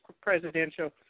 presidential